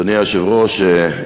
אדוני היושב-ראש,